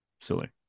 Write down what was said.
silly